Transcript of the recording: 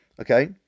okay